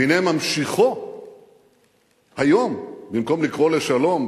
והנה, ממשיכו היום, במקום לקרוא לשלום